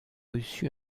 reçu